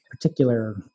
particular